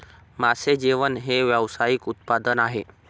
मासे जेवण हे व्यावसायिक उत्पादन आहे